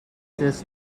this